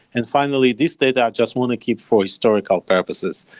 and finally, this data i just want to keep for historical purposes.